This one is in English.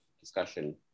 discussion